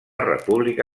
república